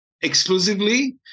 exclusively